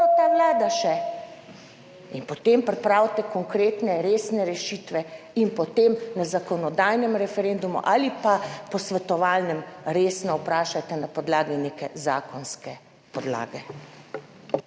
ta Vlada še in potem pripravite konkretne, resne rešitve in potem na zakonodajnem referendumu ali pa posvetovalnem resno vprašajte na podlagi neke zakonske podlage.